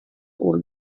old